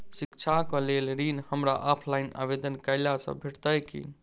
शिक्षा केँ लेल ऋण, हमरा ऑफलाइन आवेदन कैला सँ भेटतय की?